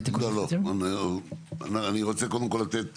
לא, לא, אני רוצה קודם כל לתת